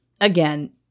again